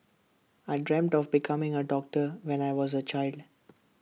I dreamt of becoming A doctor when I was A child